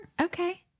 Okay